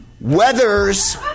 weathers